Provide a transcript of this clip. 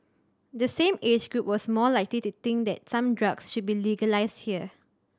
the same age group was more likely to think that some drugs should be legalised here